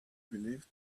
believed